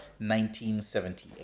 1978